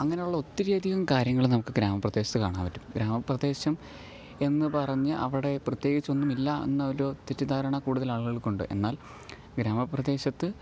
അങ്ങനെയുള്ള ഒത്തിരിയധികം കാര്യങ്ങൾ നമുക്ക് ഗ്രാമപ്രദേശത്ത് കാണാൻ പറ്റും ഗ്രാമപ്രദേശം എന്നു പറഞ്ഞ് അവിടെ പ്രത്യേകിച്ചൊന്നുമില്ല എന്ന ഒരു തെറ്റിദ്ധാരണ കൂടുതലാളുകള്ക്കുണ്ട് എന്നാല് ഗ്രാമപ്രദേശത്ത്